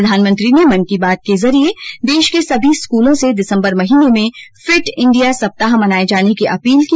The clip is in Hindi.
प्रधानमंत्री ने मन की बात के जरिए देश के सभी स्कूलों से दिसम्बर महीने में फिट इण्डिया सप्ताह मनाए जाने की अपील की